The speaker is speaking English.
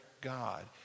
God